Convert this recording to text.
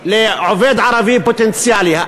לעובד ערבי פוטנציאלי.